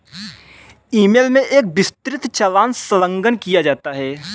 ई mail में एक विस्तृत चालान संलग्न किया है